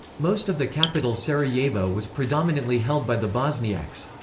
most of the capital sarajevo was predominantly held by the bosniaks.